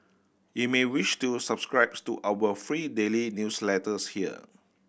you may wish to subscribes to our free daily newsletters here